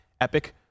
epic